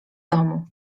domu